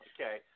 Okay